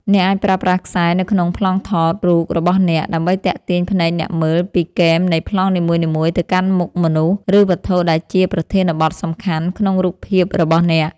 អ្នកអាចប្រើប្រាស់ខ្សែនៅក្នុងប្លង់ថតរូបរបស់អ្នក ដើម្បីទាក់ទាញភ្នែកអ្នកមើលពីគែមនៃប្លង់នីមួយៗទៅកាន់មុខមនុស្ស ឬវត្ថុដែលជាប្រធានបទសំខាន់ក្នុងរូបភាពរបស់អ្នក។